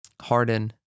Harden